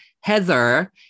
Heather